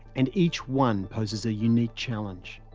and each one poses a unique challenge.